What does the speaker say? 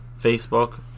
facebook